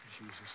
Jesus